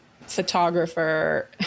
photographer